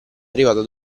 arrivata